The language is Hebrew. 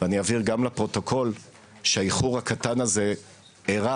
ואני אבהיר גם לפרוטוקול שהאיחור הקטן הזה אירע